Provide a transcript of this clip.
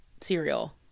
cereal